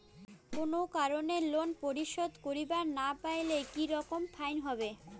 কোনো কারণে লোন পরিশোধ করিবার না পারিলে কি রকম ফাইন হবে?